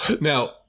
now